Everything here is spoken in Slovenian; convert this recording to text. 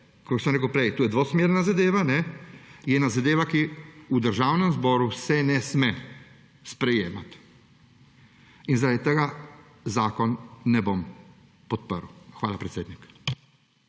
kot sem rekel prej, je to dvosmerna zadeva, je ena zadeva, ki se v Državnem zboru ne sme sprejemati in zaradi tega zakona ne bom podprl. Hvala, predsednik.